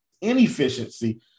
inefficiency –